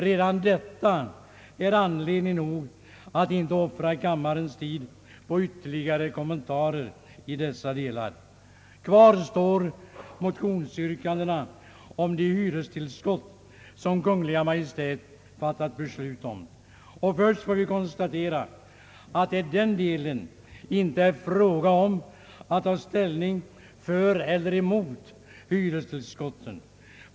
Redan detta är anledning nog att inte offra kammarens tid på ytterligare kommentarer i dessa delar. Kvar står motionsyrkandena om de hyrestillskott som Kungl. Maj:t fattat beslut om. Först kan konstateras att det i den delen inte är fråga om att ta ställning för eller emot hyrestillskotten.